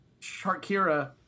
Sharkira